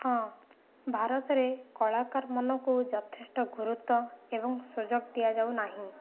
ହଁ ଭାରତରେ କଳାକାରମାନଙ୍କୁ ଯଥେଷ୍ଟ ଗୁରୁତ୍ଵ ଏବଂ ସୁଯୋଗ ଦିଆଯାଉ ନାହିଁ